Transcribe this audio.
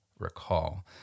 Recall